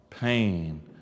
pain